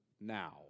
now